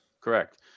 Correct